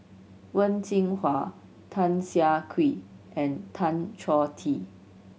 Wen Jinhua Tan Siah Kwee and Tan Choh Tee